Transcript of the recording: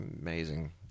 amazing